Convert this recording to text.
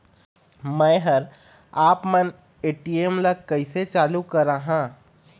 मैं हर आपमन ए.टी.एम ला कैसे चालू कराहां?